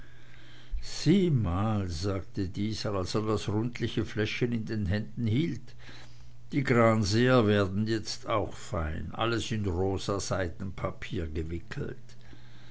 sieh mal sagte dieser als er das rundliche fläschchen in händen hielt die granseer werden jetzt auch fein alles in rosa seidenpapier gewickelt